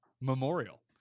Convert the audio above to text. Memorial